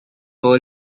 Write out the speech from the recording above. todo